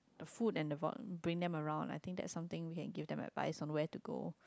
a food and award bring them around I think that something we can give they might buy somewhere to go